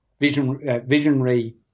visionary